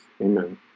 Amen